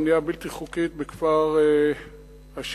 הבנייה הבלתי-חוקית בכפר-השילוח,